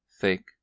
thick